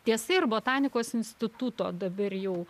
tiesa ir botanikos instituto dabar jau